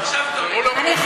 עכשיו תורי.